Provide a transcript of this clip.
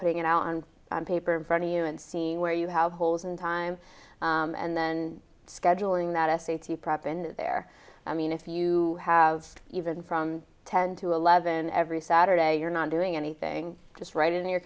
putting it out on paper in front of you and seeing where you have holes in time and then scheduling that essay to prop in their i mean if you have even from ten to eleven every saturday you're not doing anything just right in your